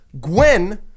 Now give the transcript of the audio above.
Gwen